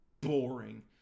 boring